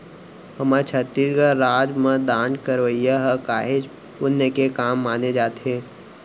हमर छत्तीसगढ़ राज म दान करई ह काहेच पुन्य के काम माने जाथे